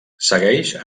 segueix